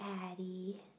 Addie